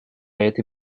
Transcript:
этой